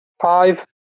Five